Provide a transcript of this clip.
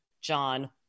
John